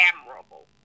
admirable